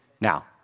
Now